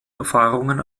erfahrungen